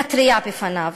להתריע מפניו,